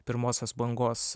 pirmosios bangos